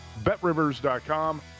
BetRivers.com